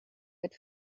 had